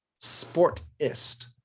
sportist